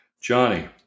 Johnny